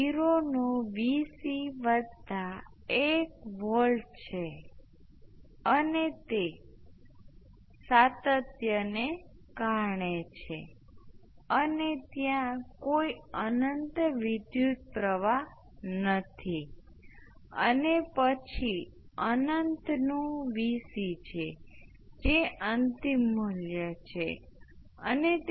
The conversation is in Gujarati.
સમીકરણ આપણને બીજી ઘણી બાબતો પણ કહે છે જેમ કે કહ્યું કે આપણી પાસે સર્કિટ છે જેમાં આ વિદ્યુત પ્રવાહ Is એ t બરાબર 0 પર સ્ટેપ છે તે 0 થી અમુક મૂલ્ય સુધી જાય છે મને કહેવા દો કે I0